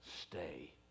stay